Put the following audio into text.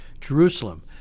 Jerusalem